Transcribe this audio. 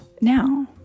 now